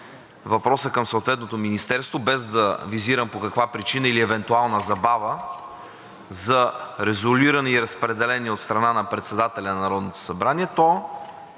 въпросът към съответното министерство, без да визирам по каква причина или евентуална забава, за резолиране и разпределение от страна на председателя на Народното събрание,